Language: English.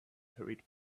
hurried